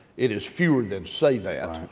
it is fewer than say that.